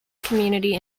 community